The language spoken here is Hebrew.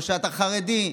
או שאתה חרדי,